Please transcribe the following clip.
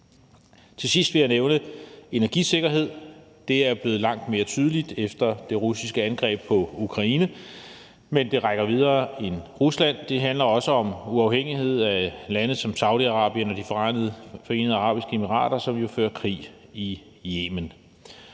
Til sidst vil jeg nævne energisikkerhed. Vigtigheden af den er blevet langt mere tydelig efter det russiske angreb på Ukraine, men det rækker videre end Rusland. Det handler også om uafhængighed af lande som Saudi-Arabien og De Forenede Arabiske Emirater, som jo fører krig i Yemen.